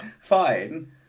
fine